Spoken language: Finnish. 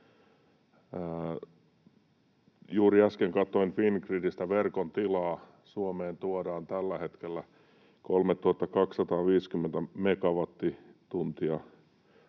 Juuri äsken katsoin Fingridiltä verkon tilaa: Suomeen tuodaan tällä hetkellä 3 250